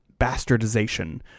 bastardization